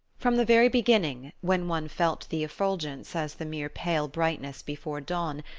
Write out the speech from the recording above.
from the very beginning, when one felt the effulgence as the mere pale brightness before dawn,